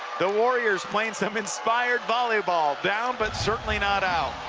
the warriors playing some inspired volleyball. down but certainly not out.